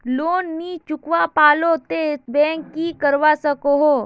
Loan नी चुकवा पालो ते बैंक की करवा सकोहो?